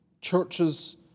churches